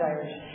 Irish